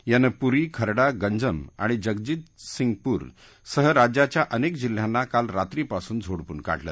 यानं पुरी खरडा गंजम आणि जगतसिंगपुर सह राज्याच्या अनेक जिल्ह्यांना काल रात्रीपासून झोडपून काढलं